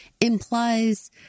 implies